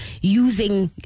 using